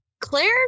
Claire